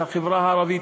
את החברה הערבית,